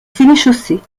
sénéchaussée